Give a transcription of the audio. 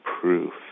proof